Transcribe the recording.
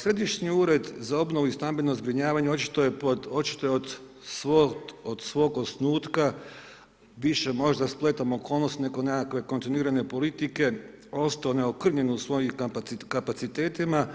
Središnji ured za obnovu i stambeno zbrinjavanje, očito je pod, očito je od svog osnutka, više možda spletom okolnosti nego nekakve kontinuirane politike, ostao neokrnjen u svojim kapacitetima,